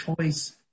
choice